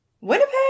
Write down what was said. Winnipeg